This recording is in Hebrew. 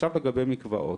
עכשיו לגבי מקוואות,